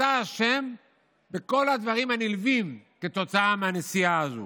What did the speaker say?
אתה אשם בכל הדברים הנלווים כתוצאה מהנסיעה הזו,